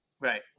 Right